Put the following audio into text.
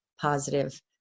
positive